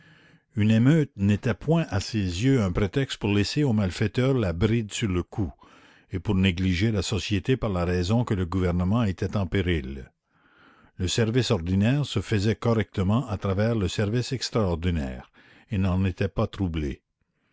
une émeute n'était point à ses yeux un prétexte pour laisser aux malfaiteurs la bride sur le cou et pour négliger la société par la raison que le gouvernement était en péril le service ordinaire se faisait correctement à travers le service extraordinaire et n'en était pas troublé